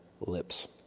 lips